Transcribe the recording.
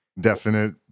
Definite